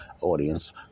audience